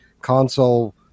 console